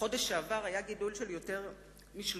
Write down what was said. בחודש שעבר היה גידול של יותר מ-30%